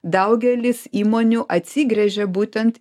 daugelis įmonių atsigręžia būtent